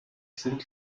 sind